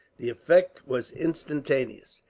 the effect was instantaneous.